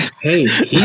hey